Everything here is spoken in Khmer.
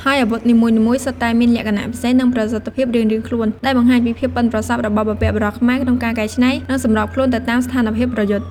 ហើយអាវុធនីមួយៗសុទ្ធតែមានលក្ខណៈពិសេស និងប្រសិទ្ធភាពរៀងៗខ្លួន ដែលបង្ហាញពីភាពប៉ិនប្រសប់របស់បុព្វបុរសខ្មែរក្នុងការច្នៃប្រឌិត និងសម្របខ្លួនទៅតាមស្ថានភាពប្រយុទ្ធ។